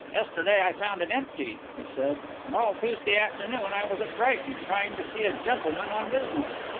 yesterday i found it empty, he said. and all tuesday afternoon i was at brighton, trying to see a gentleman on business.